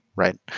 right?